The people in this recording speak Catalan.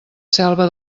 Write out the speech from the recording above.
selva